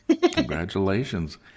Congratulations